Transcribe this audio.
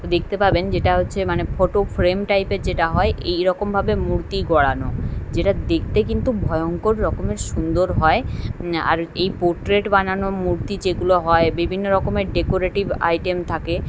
দেখতে পাবেন যেটা হচ্ছে মানে ফটো ফ্রেম টাইপের যেটা হয় এই রকমভাবে মূর্তি গড়ানো যেটা দেখতে কিন্তু ভয়ঙ্কর রকমের সুন্দর হয় আর এই পোট্রেট বানানো মূর্তি যেগুলো হয় বিবিন্ন রকমের ডেকোরেটিভ আইটেম থাকে